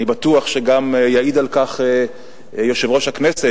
אני בטוח שגם יעיד על כך יושב-ראש הכנסת,